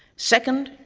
second,